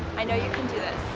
i know you can do this.